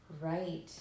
right